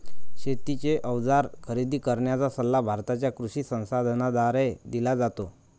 शेतीचे अवजार खरेदी करण्याचा सल्ला भारताच्या कृषी संसाधनाद्वारे दिला जातो